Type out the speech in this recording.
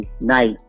night